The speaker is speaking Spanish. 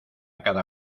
cada